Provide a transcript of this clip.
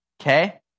Okay